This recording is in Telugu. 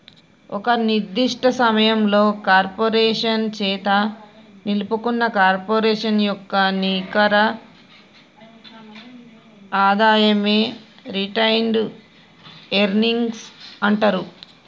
ఒక నిర్దిష్ట సమయంలో కార్పొరేషన్ చేత నిలుపుకున్న కార్పొరేషన్ యొక్క నికర ఆదాయమే రిటైన్డ్ ఎర్నింగ్స్ అంటరు